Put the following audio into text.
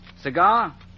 Cigar